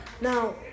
Now